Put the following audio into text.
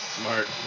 Smart